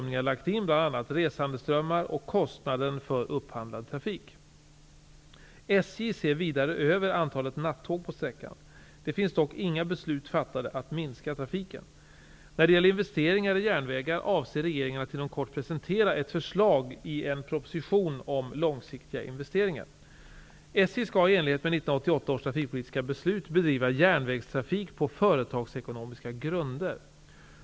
När det gäller investeringar i järnvägar avser regeringen att inom kort presentera ett förslag i en proposition om långsiktiga investeringar. SJ skall i enlighet med 1988 års trafikpolitiska beslut bedriva järnvägstrafik på företagsekonomiska grunder.